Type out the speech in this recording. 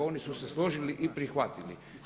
Oni su se složili i prihvatili.